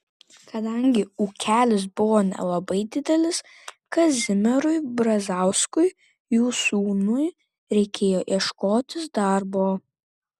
kadangi ūkelis buvo nelabai didelis kazimierui brazauskui jų sūnui reikėjo ieškotis darbo